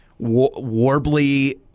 warbly